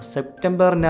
September